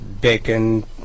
bacon